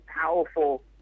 powerful